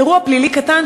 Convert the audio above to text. אירוע פלילי קטן,